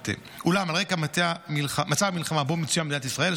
אולם על רקע מצב המלחמה שבו מצויה מדינת ישראל,